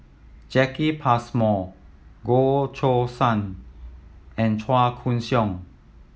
Jacki Passmore Goh Choo San and Chua Koon Siong